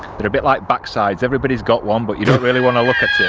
they're a bit like backsides. everybody's got one but you don't really want to look at